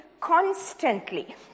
constantly